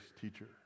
teacher